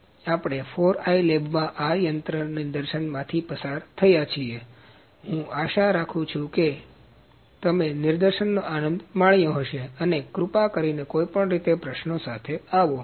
આપણે 4i લેબમાં આ યંત્રનાં નિદર્શનમાંથી પસાર થયાં છીએ અને હું આશા કરું છું કે તમે નિદર્શનનો આનંદ માણ્યો હશે અને કૃપા કરીને કોઈપણ રીતે પ્રશ્નો સાથે આવો